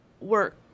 work